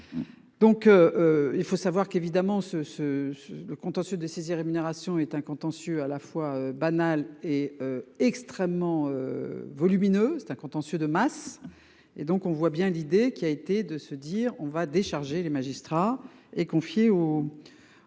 Donc. Il faut savoir qu'évidemment ce ce ce le contentieux de rémunération est un contentieux à la fois banales et extrêmement. Volumineux c'est un contentieux de masse et donc on voit bien l'idée qui a été de se dire on va décharger les magistrats et confiée au.